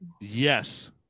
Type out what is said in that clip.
yes